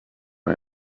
our